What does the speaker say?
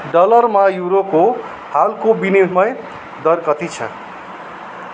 डलरमा युरोको हालको विनिमय दर कति छ